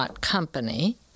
.company